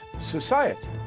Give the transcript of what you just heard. society